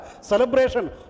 celebration